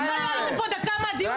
אתה בכלל לא היית פה דקה מהדיון,